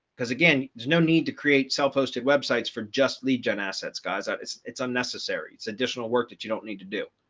because again, there's no need to create self hosted websites for just lead gen assets guys, ah it's it's unnecessary. it's additional work that you don't need to do.